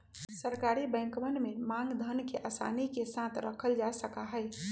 सरकारी बैंकवन में मांग धन के आसानी के साथ रखल जा सका हई